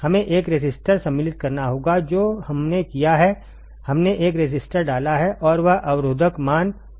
हमें एक रेसिस्टर सम्मिलित करना होगा जो हमने किया है हमने एक रेसिस्टर डाला है और यह अवरोधक मान कम है